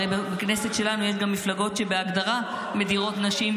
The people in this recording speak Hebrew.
הרי בכנסת שלנו יש גם מפלגות שבהגדרה מדירות נשים,